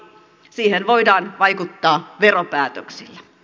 siihen voidaan vaikuttaa veropäätöksillä